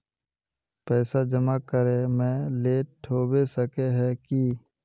पैसा जमा करे में लेट होबे सके है की?